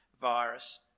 virus